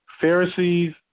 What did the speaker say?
Pharisees